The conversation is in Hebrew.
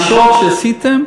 הפגישות, הפגישות שעשיתם,